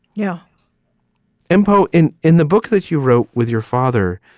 yeah and mpo in in the book that you wrote with your father.